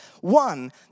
One